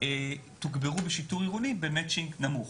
תוגברו בשיטור עירוני במצ'יניג נמוך.